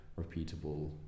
repeatable